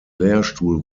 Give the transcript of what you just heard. lehrstuhl